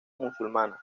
musulmana